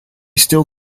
still